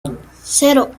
cero